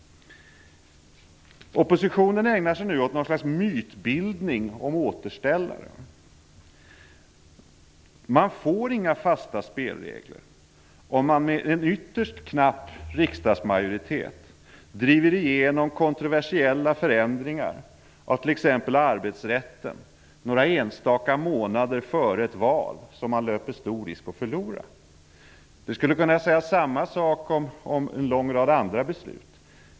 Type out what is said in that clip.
Oppositionen ägnar sig nu åt något slags mytbildning om återställare. Man får inga fasta spelregler om man med en ytterst knapp riksdagsmajoritet driver igenom kontroversiella förändringar av t.ex. arbetsrätten några enstaka månader före ett val som man löper stor risk att förlora. Det skulle kunna sägas samma sak om en lång rad andra beslut.